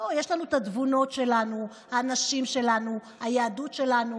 יש לנו התבונות שלנו, האנשים שלנו, היהדות שלנו,